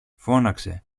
φώναξε